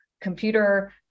computer